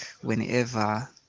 whenever